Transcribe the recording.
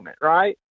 right